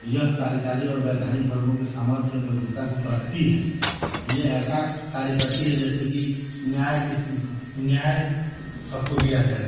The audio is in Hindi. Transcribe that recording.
यह कार्यकारी और वैधानिक वर्गों के सामर्थ्य में एकरूपता को परखती है ये ऐसा कार्य करती है जैसे कि न्याय किस न्याय सबको दिया जाए